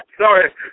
Sorry